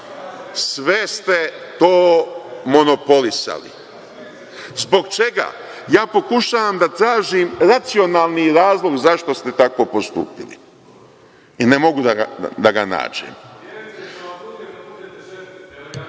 ste to monopolisali. Zbog čega? Ja pokušavam da tražim racionalni razlog zašto ste tako postupili i ne mogu da ga